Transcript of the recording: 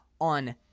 on